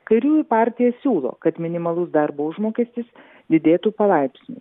kairiųjų partija siūlo kad minimalus darbo užmokestis didėtų palaipsniui